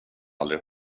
aldrig